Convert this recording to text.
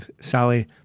Sally